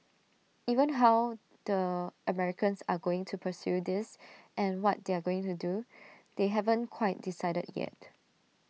even how the Americans are going to pursue this and what they're going to do they haven't quite decided yet